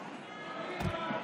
בעד קרן ברק,